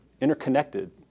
interconnected